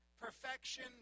perfection